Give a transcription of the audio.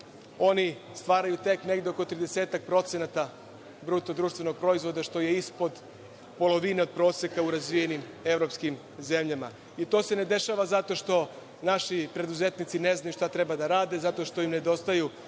oni stvaraju tek negde oko 30-ak procenata BDP, što je ispod polovine od proseka u razvijenim evropskim zemljama. To se ne dešava zato što naši preduzetnici ne znaju šta treba da rade, zato što im nedostaju